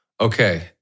Okay